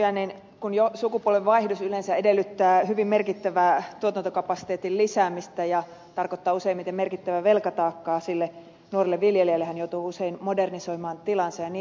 tosiaan kun jo sukupolvenvaihdos yleensä edellyttää hyvin merkittävää tuotantokapasiteetin lisäämistä ja tarkoittaa useimmiten merkittävää velkataakkaa sille nuorelle viljelijälle hän joutuu usein modernisoimaan tilaansa ja niin edelleen